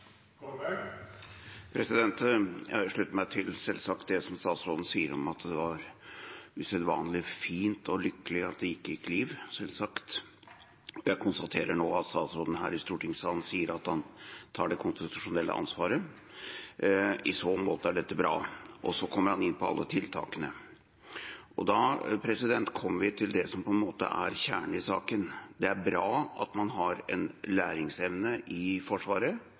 Jeg slutter meg selvsagt til det som statsråden sier om at det var usedvanlig fint og lykkelig at liv ikke gikk tapt. Jeg konstaterer nå at statsråden her i stortingssalen sier at han tar det konstitusjonelle ansvaret. I så måte er dette bra. Så kommer han inn på alle tiltakene. Da kommer vi til det som på en måte er kjernen i saken. Det er bra at man har en læringsevne i Forsvaret,